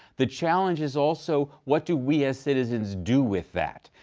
the challenge is also what do we as citizens do with that.